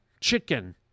chicken